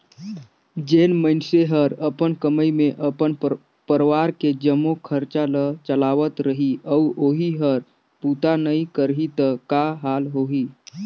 जेन मइनसे हर अपन कमई मे अपन परवार के जम्मो खरचा ल चलावत रही अउ ओही हर बूता नइ करही त का हाल होही